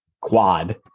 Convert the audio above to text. quad